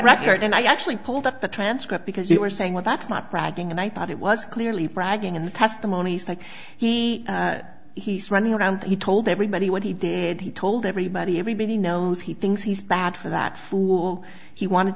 record and i actually pulled up the transcript because you were saying well that's not bragging and i thought it was clearly bragging in the testimonies that he he's running around he told everybody what he did he told everybody everybody knows he thinks he's bad for that fool he wanted